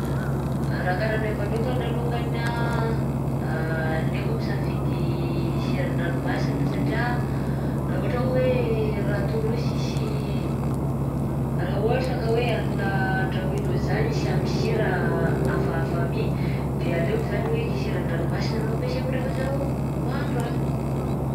Raha karaha anahy manokana alongany anh aleoko misafidy siran-dranomasina satria raha ohatra hoe raha ataonao tsisy raha ohatra ka hoe hanina andrahoinao zany sy ampy sira hafahafa mi, de aleoko zany hoe siran-dranomsina no ampiasaiko rehefa zaho mahandro hanina.